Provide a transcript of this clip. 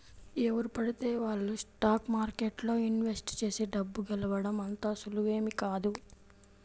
ఎవరు పడితే వాళ్ళు స్టాక్ మార్కెట్లో ఇన్వెస్ట్ చేసి డబ్బు గెలవడం అంత సులువేమీ కాదు